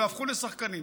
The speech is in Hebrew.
והפכו לשחקנים.